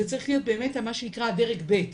זה צריך להיות באמת מה שנקרא דרג ב'.